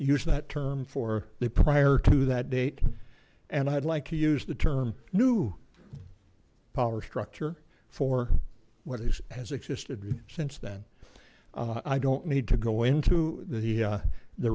use that term for the prior to that date and i'd like to use the term new power structure for what is has existed since then i don't need to go into the